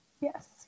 Yes